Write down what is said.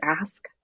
ask